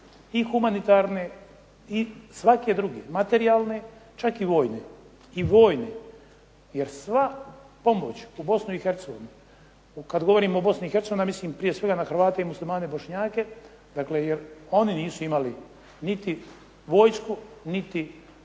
i humanitarne i svake druge, materijalne, čak i vojne i vojne, jer sva pomoć u Bosnu i Hercegovinu, kad govorim o Bosni i Hercegovini onda mislim prije svega na Hrvate i muslimane bošnjake, dakle jer oni nisu imali niti vojsku, niti